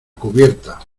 cubierta